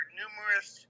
numerous